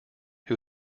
who